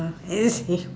!wah! M H